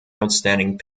outstanding